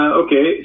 okay